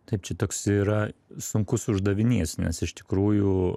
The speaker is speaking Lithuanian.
taip čia toks yra sunkus uždavinys nes iš tikrųjų